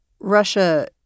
Russia